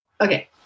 okay